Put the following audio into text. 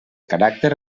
caràcter